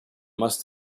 must